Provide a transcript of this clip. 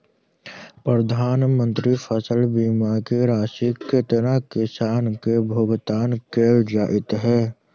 प्रधानमंत्री फसल बीमा की राशि केतना किसान केँ भुगतान केल जाइत है?